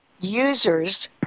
users